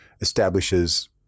establishes